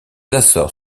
açores